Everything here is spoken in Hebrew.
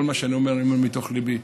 כל מה שאני אומר אני אומר מתוך ליבי.